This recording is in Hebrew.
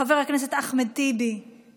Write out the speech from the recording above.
חבר הכנסת אחמד טיבי,